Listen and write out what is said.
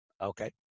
Okay